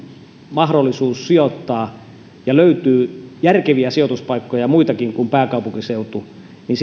mahdollisuus sijoittaa ja löytyy muitakin järkeviä sijoituspaikkoja kuin pääkaupunkiseutu niin